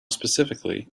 specifically